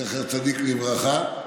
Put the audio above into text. זכר צדיק לברכה.